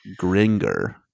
Gringer